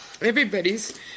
Everybody's